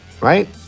right